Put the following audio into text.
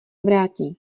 vrátí